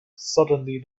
suddenly